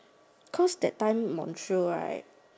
cause that time moon trail right